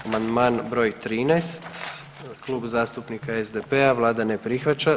Amandman br. 13, Klub zastupnika SDP-a, Vlada ne prihvaća.